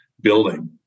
building